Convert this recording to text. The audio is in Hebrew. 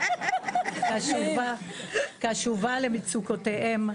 קשובה למצוקותיהם,